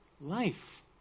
Life